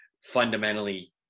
fundamentally